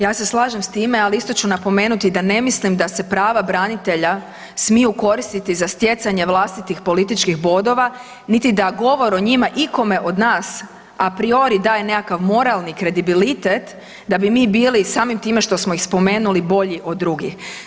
Ja se slažem s time, ali isto ću napomenuti da ne mislim da se prava branitelja smiju koristiti za stjecanje vlastitih političkih bodova, niti da govor o njima ikome od nas apriori daje nekakav moralni kredibilitet da bi mi bili samim time što smo ih spomenuli bolji od drugih.